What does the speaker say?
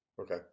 okay